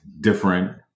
different